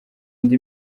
indi